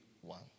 one